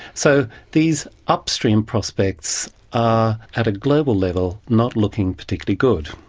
so these upstream prospects are at a global level not looking particularly good.